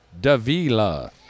Davila